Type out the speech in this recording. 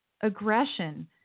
aggression